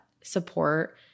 support